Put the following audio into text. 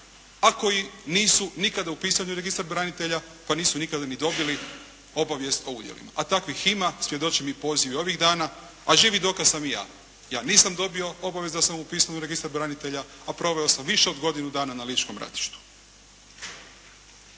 a koji nisu nikada upisani u registar branitelja, pa nisu nikada ni dobili obavijest o udjelima. A takvih ima, svjedoče mi pozivi ovih dana, a živi dokaz sam i ja. Ja nisam dobio obavijest da sam upisan u registar branitelja, a proveo sam više od godinu dana na ličkom ratištu.